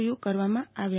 you કરવામાં આવ્યા